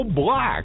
Black